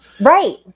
right